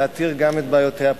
להתיר גם את בעיותיה פנימה.